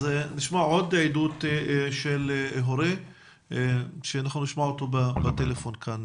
נשמע עוד עדות של הורה שאנחנו נשמע אותו בטלפון כאן,